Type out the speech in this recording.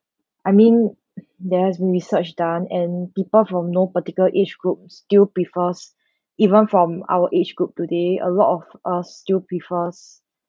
I mean there has been researched done and people from no particular age group still prefers even from our age group today a lot of us still prefers